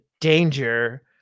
danger